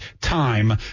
time